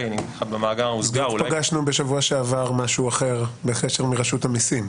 באמת פגשנו בשבוע שעבר משהו אחר בקשר מרשות המיסים,